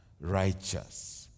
righteous